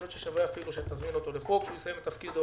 יכול להיות שראוי אפילו שנזמין אותו לפה כשיסיים את תפקידו.